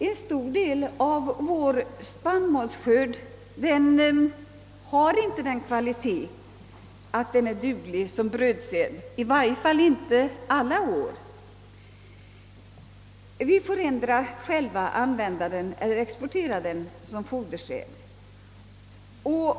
En stor del av vår spannmålsskörd har inte den kvaliteten att den är duglig som brödsäd, i varje fall inte alla år. Vi får själva använda den eller exportera den som fodersäd.